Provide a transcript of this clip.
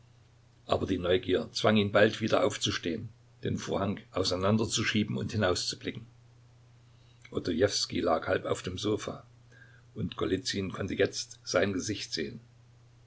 aber die neugier zwang ihn bald wieder aufzustehen den vorhang auseinanderzuschieben und hinauszublicken odojewskij lag halb auf dem sofa und golizyn konnte jetzt sein gesicht sehen